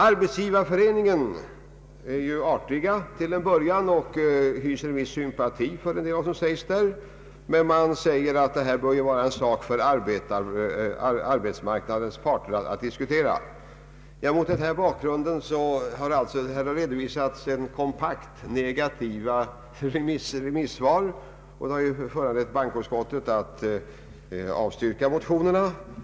Arbetsgivareföreningen är artig till en början och hyser en viss sympati för vad som sägs. Man säger dock att detta bör vara en sak för arbetsmarknadens parter att diskutera. Det redovisas alltså kompakt negativa remissvar, vilket föranlett bankoutskottets majoritet att avstyrka motionerna.